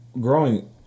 growing